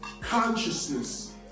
consciousness